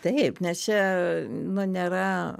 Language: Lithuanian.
taip nes čia nu nėra